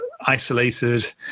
isolated